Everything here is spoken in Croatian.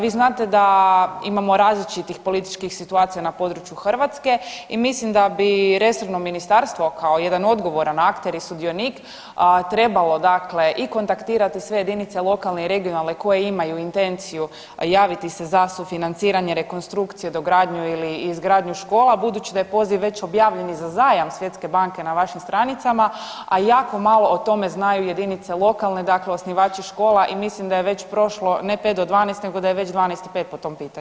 Vi znate da imamo različitih političkih situacija na području Hrvatske i mislim da bi resorno ministarstvo kao jedan odgovoran akter i sudionik trebalo dakle i kontaktirati sve jedinice lokalne i regionalne koje imaju intenciju javiti se za sufinanciranje rekonstrukcije, dogradnju ili izgradnju škola budući da je poziv već objavljen i za zajam Svjetske banke na vašim stranicama, a jako malo o tome znaju jedinice lokalne dakle osnivači škola i mislim da je već prošlo ne 5 do 12 nego da je već 12 i 5 po tom pitanju.